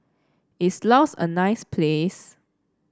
is Laos a nice place